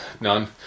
None